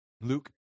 Luke